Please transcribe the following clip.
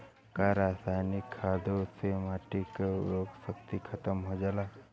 का रसायनिक खादों से माटी क उर्वरा शक्ति खतम हो जाला?